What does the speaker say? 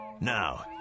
Now